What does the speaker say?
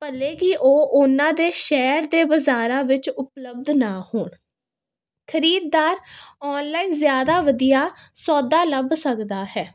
ਭਲੇ ਕੀ ਉਹ ਉਹਨਾਂ ਦੇ ਸ਼ਹਿਰ ਅਤੇ ਬਾਜ਼ਾਰਾਂ ਵਿੱਚ ਉਪਲਬਧ ਨਾ ਹੋਣ ਖਰੀਦਦਾਰ ਆਨਲਾਈਨ ਜ਼ਿਆਦਾ ਵਧੀਆ ਸੌਦਾ ਲੱਭ ਸਕਦਾ ਹੈ